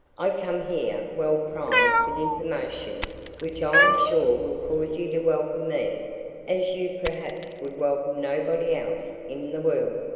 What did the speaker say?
i come here well primed with information which i am sure will cause you to welcome me as you perhaps would welcome nobody else in the world.